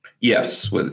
Yes